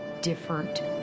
different